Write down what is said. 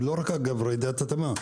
ולא רק רעידת אדמה,